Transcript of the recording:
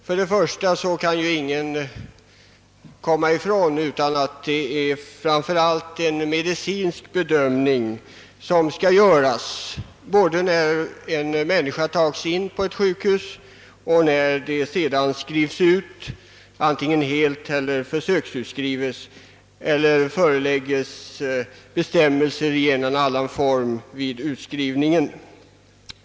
Ingen kan komma ifrån, att det framför allt är en medicinsk bedömning som skall göras både när en människa tas in på ett sjukhus och när hon sedan skrivs ut, antingen helt eller försöksvis och då hon föreläggs bestämmelser i en eller annan form vid utskrivningen.